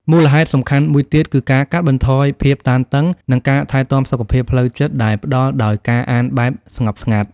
មូលហេតុសំខាន់មួយទៀត គឺការកាត់បន្ថយភាពតានតឹង និងការថែទាំសុខភាពផ្លូវចិត្តដែលផ្ដល់ដោយការអានបែបស្ងប់ស្ងាត់។